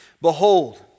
Behold